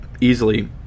easily